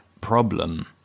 problem